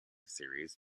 series